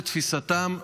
לתפיסתם,